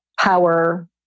power